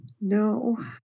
No